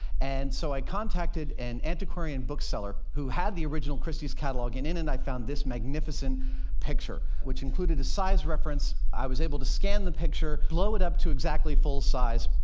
and so i contacted an antiquarian bookseller who had the original christie's catalogue, and in it and i found this magnificent picture, which included a size reference. i was able to scan the picture, blow it up to exactly full size.